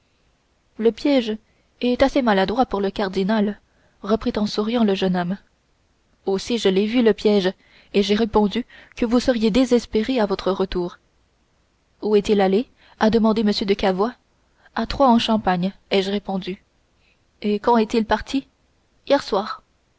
le piège est assez maladroit pour le cardinal reprit en souriant le jeune homme aussi je l'ai vu le piège et j'ai répondu que vous seriez désespéré à votre retour où est-il allé a demandé m de cavois à troyes en champagne ai-je répondu et quand est-il parti hier soir